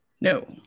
No